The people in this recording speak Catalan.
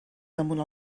damunt